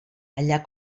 allà